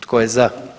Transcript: Tko je za?